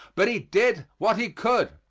but he did what he could.